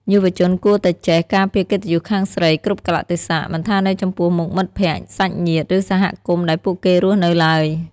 យុវជនគួរតែចេះ "ការពារកិត្តិយសខាងស្រី" គ្រប់កាលៈទេសៈ មិនថានៅចំពោះមុខមិត្តភក្តិ សាច់ញាតិ ឬសហគមន៍ដែលពួកគេរស់នៅឡើយ។